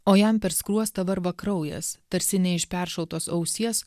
o jam per skruostą varva kraujas tarsi ne iš peršautos ausies